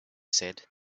said